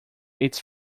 its